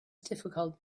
difficult